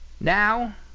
now